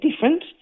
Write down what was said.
different